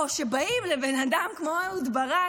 או שבאים לבן אדם כמו אהוד ברק,